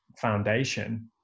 foundation